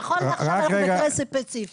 נכון שעכשיו אנחנו במקרה ספציפי.